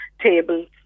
tables